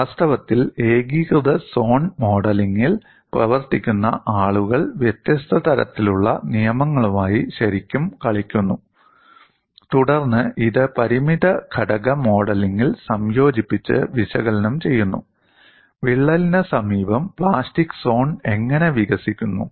വാസ്തവത്തിൽ ഏകീകൃത സോൺ മോഡലിംഗിൽ പ്രവർത്തിക്കുന്ന ആളുകൾ വ്യത്യസ്ത തരത്തിലുള്ള നിയമങ്ങളുമായി ശരിക്കും കളിക്കുന്നു തുടർന്ന് ഇത് പരിമിത ഘടക മോഡലിംഗിൽ സംയോജിപ്പിച്ച് വിശകലനം ചെയ്യുന്നു വിള്ളലിന് സമീപം പ്ലാസ്റ്റിക് സോൺ എങ്ങനെ വികസിക്കുന്നു